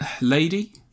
Lady